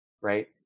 right